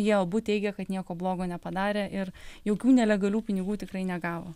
jie abu teigia kad nieko blogo nepadarė ir jokių nelegalių pinigų tikrai negavo